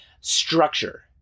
structure